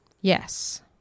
Yes